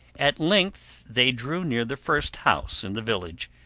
at length they drew near the first house in the village.